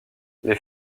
les